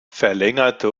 verlängerte